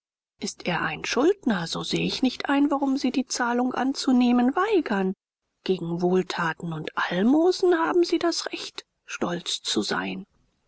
ist er ein schuldner so sehe ich nicht ein warum sie die zahlung anzunehmen weigern gegen wohltaten und almosen haben sie das recht stolz zu sein